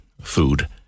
food